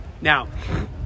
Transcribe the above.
now